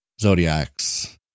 zodiacs